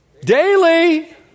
daily